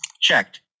checked